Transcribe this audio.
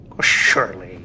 surely